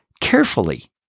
carefully